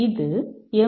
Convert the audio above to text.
இது எம்